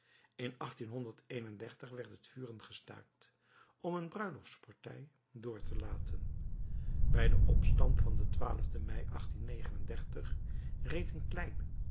in werd het vuren gestaakt om een bruiloftspartij door te laten bij den opstand van den mei reed een kleine